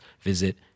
visit